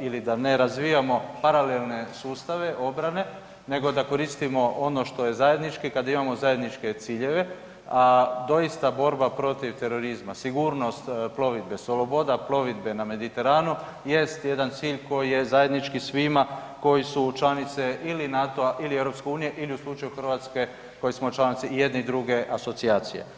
ili da ne razvijamo paralelne sustave obrane nego da koristimo ono što je zajednički kad imamo zajedničke ciljeve, a doista borba protiv terorizma, sigurnost plovidbe, sloboda plovidbe na Mediteranu jest jedan cilj koji je zajednički svima koji su članice ili NATO-a ili EU ili u slučaju Hrvatske koji smo članice i jedne i druge asocijacije.